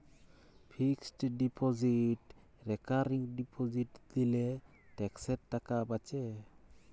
fixed deposit recurring deposit দিলে ট্যাক্সের টাকা বাঁচে